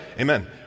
Amen